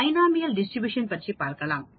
binomial distribution பற்றி பார்க்கலாம்